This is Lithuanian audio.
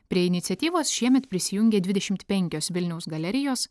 prie iniciatyvos šiemet prisijungė dvidešimt penkios vilniaus galerijos